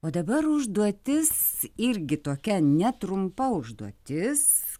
o dabar užduotis irgi tokia netrumpa užduotis